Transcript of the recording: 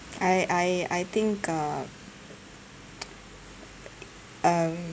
I I I think uh um